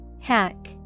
Hack